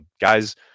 guys